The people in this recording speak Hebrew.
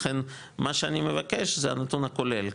לכן מה שאני מבקש זה הנתון הכולל,